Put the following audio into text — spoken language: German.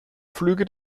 flüge